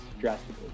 drastically